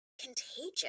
contagious